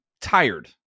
tired